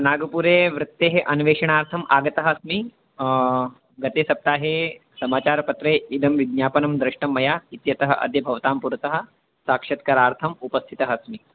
नागपुरे वृत्तेः अन्वेषणार्थम् आगतः अस्मि गतसप्ताहे समाचारपत्रे इदं विज्ञापनं दृष्टं मया इत्यतः अद्य भवतां पुरतः साक्षात्कारार्थम् उपस्थितः अस्मि